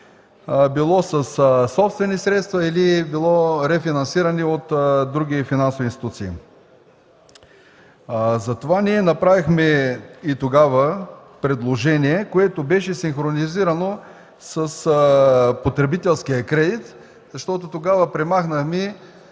било със собствени средства или било рефинансирани от други финансови институции. Ние направихме тогава предложение, което беше синхронизирано с потребителския кредит, защото премахнахме